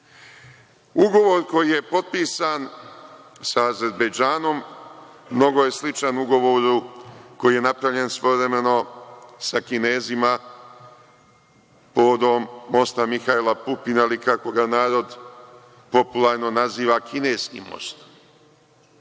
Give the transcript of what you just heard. banke. Ugovor koji je potpisan sa Azerbejdžanom mnogo je sličan ugovoru koji je napravljen svojevremeno sa Kinezima, povodom mosta Mihajla Pupina, kako ga narod popularno naziva Kineski most.